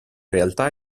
realtà